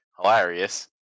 hilarious